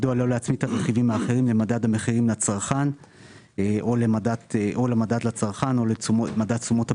מדוע לא להצמיד את הרכיבים למדד המחירים לצרכן או לממד תשומות הבנייה,